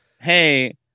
hey